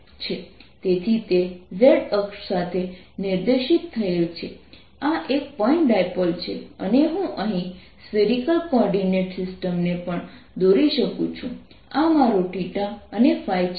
તેથી તે z અક્ષ સાથે નિર્દેશિત થયેલ છે આ એક પોઇન્ટ ડાયપોલ છે અને હું અહીં સ્ફેરિકલ કોઓર્ડીનેટ સિસ્ટમને પણ દોરી શકું છું આ મારો અને છે